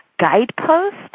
guidepost